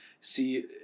see